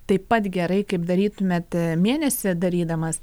taip pat gerai kaip darytumėt mėnesį darydamas